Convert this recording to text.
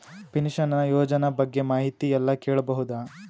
Pension ಯೋಜನ ಬಗ್ಗೆ ಮಾಹಿತಿ ಎಲ್ಲ ಕೇಳಬಹುದು?